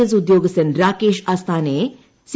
S ഉദ്യോഗസ്ഥൻ രാകേഷ് അസ്താനയെ C